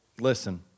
listen